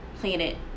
Planet